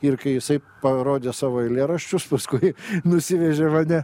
ir kai jisai parodė savo eilėraščius paskui nusivežė mane